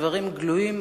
הדברים גלויים,